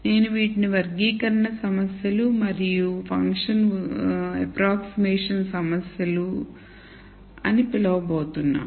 నేను వీటిని వర్గీకరణ సమస్యలు మరియు ఫంక్షన్ ఉజ్జాయింపు సమస్యలు అని పిలవబోతున్నాను